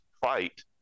fight